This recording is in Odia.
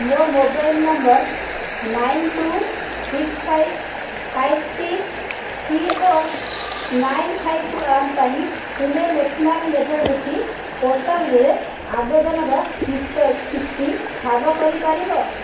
ମୋ mobile number nine two six five five three three four nine five one ପାଇଁ ତୁମେ ନ୍ୟାସନାଲ୍ ମେଧାବୃତ୍ତି ପୋର୍ଟାଲ୍ରେ ଆବେଦନର ସ୍ଥିତି ଠାବ କରିପାରିବ